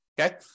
okay